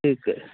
ठीकु